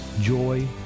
joy